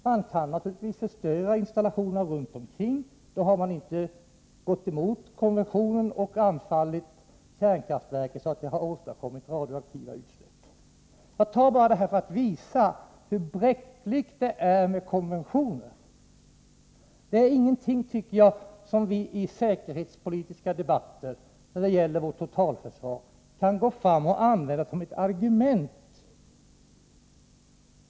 Man kan naturligtvis förstöra installationerna runt omkring — då har man inte gått emot konventionen och anfallit kärnkraftverket så att det har åstadkommit radioaktiva utsläpp. Jag tar upp detta för att visa hur bräckligt det är med konventioner. Det är ingenting som vi i säkerhetspolitiska debatter när det gäller vårt totalförsvar kan använda som ett argument.